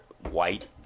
white